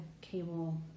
cable